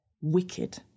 wicked